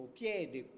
piede